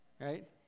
Right